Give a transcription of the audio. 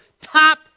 top